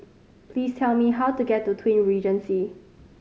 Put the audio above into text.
please tell me how to get to Twin Regency